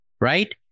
right